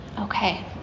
okay